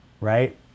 right